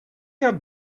how